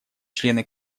члены